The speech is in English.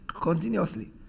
continuously